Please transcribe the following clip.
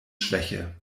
schwäche